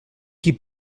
qui